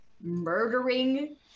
murdering